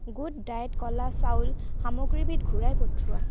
good ডায়েট ক'লা চাউল সামগ্ৰীবিধ ঘূৰাই পঠিওৱা